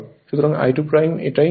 সুতরাং I2 এটাই হয়